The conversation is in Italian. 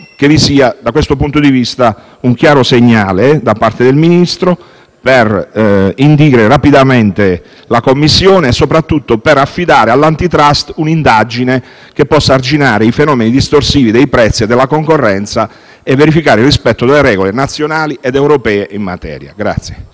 quindi, sotto questo profilo, un chiaro segnale da parte del Ministro per indire rapidamente la Commissione e soprattutto affidare all'Antitrust un'indagine che argini i fenomeni distorsivi dei prezzi e della concorrenza e verifichi il rispetto delle regole nazionali ed europee in materia.